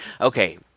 okay